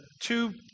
two